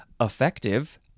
Effective